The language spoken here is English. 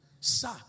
Sir